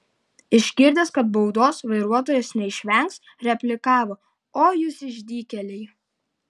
išgirdęs kad baudos vairuotojas neišvengs replikavo oi jūs išdykėliai